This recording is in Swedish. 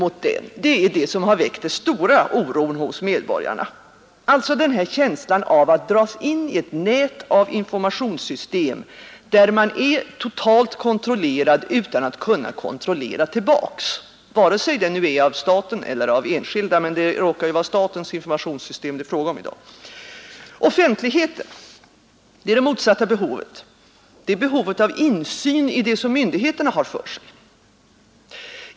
Integriteten är det som har väckt den stora oron hos medborgarna — känslan av att dras in i ett nät av informationssystem där man är totalt kontrollerad utan att kunna kontrollera tillbaka, vare sig det är av staten eller av enskilda, men det råkar ju vara statens informationssystem det är fråga om i dag. Offentligheten — det är det motsatta behovet, behovet av insyn i det som myndigheterna har för sig.